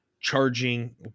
Charging